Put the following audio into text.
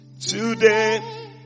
today